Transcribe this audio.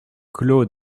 clos